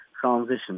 transition